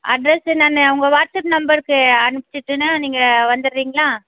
address நான் உங்கள் WhatsApp நம்பருக்கு அனுப்பிச்சிட்டனா நீங்கள் வந்துடுறீங்களா